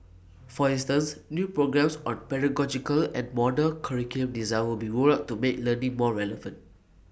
for instance new programmes on pedagogical and modular curriculum design will be rolled out to make learning more relevant